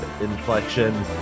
inflection